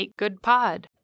makegoodpod